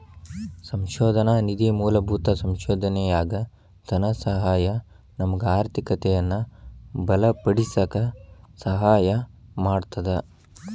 ಸಂಶೋಧನಾ ನಿಧಿ ಮೂಲಭೂತ ಸಂಶೋಧನೆಯಾಗ ಧನಸಹಾಯ ನಮಗ ಆರ್ಥಿಕತೆಯನ್ನ ಬಲಪಡಿಸಕ ಸಹಾಯ ಮಾಡ್ತದ